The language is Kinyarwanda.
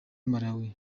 malawi